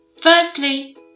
Firstly